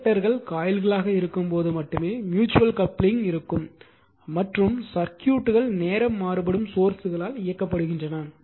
இன்டக்டர்கள் காயில்களாக இருக்கும்போது மட்டுமே ம்யூட்சுவல் கப்ளிங் இருக்கும் மற்றும் சர்க்யூட்டுகள் நேரம் மாறுபடும் சோர்ஸ்களால் இயக்கப்படுகின்றன